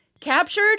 captured